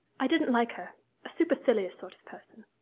i didn't like her a supercilious sort of person.